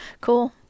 Cool